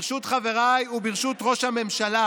ברשות חבריי וברשות ראש הממשלה,